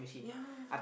ya